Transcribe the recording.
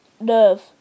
nerve